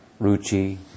ruchi